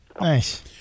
Nice